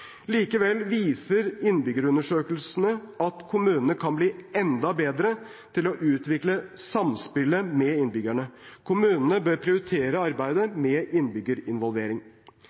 Likevel viser innbyggerundersøkelser at kommunene kan bli enda bedre til å utvikle samspillet med innbyggerne. Kommunene bør prioritere arbeidet med innbyggerinvolvering.